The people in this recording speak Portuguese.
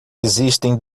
existem